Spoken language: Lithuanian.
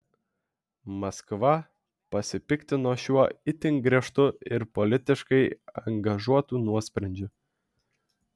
maskva pasipiktino šiuo itin griežtu ir politiškai angažuotu nuosprendžiu